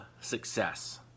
success